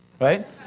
Right